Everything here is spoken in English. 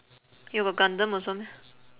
you got gundam also meh